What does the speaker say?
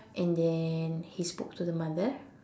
and then he spoke to the mother